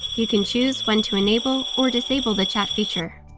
you can choose when to enable or disable the chat feature.